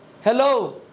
Hello